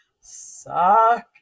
suck